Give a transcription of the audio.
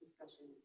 discussion